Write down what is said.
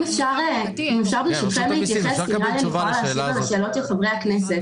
אם אוכל להתייחס כי אולי אוכל להשיב על השאלות של חברי הכנסת.